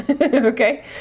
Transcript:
Okay